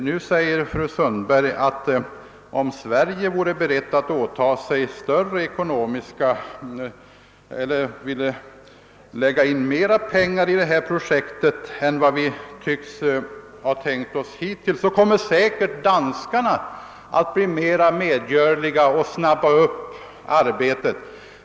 Nu säger fru Sundberg att om Sverige vore redo att satsa mer pengar på detta projekt än vi hittills tycks ha tänkt oss, skulle danskarna säkert bli medgörligare och skynda på arbetet.